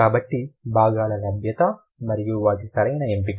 కాబట్టి భాగాల లభ్యత మరియు వాటి సరైన ఎంపిక